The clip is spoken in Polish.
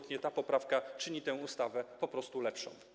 Ta poprawka czyni tę ustawę po prostu lepszą.